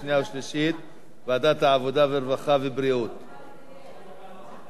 לוועדת העבודה, הרווחה והבריאות נתקבלה.